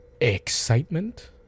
excitement